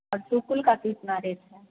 तो कुल का कितना रेट है